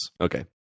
Okay